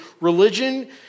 religion